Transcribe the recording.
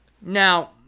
Now